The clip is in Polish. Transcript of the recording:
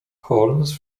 holmes